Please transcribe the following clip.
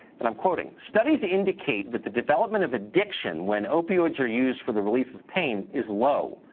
and i'm quoting studies indicate that the development of addiction when opioids are used for the relief of pain is low.